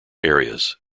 areas